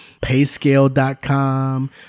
payscale.com